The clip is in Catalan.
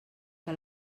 que